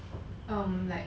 um like